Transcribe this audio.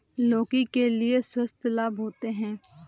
लौकी के कई स्वास्थ्य लाभ होते हैं